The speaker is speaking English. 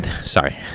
sorry